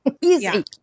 Easy